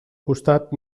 costat